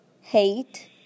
hate